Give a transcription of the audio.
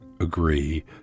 agree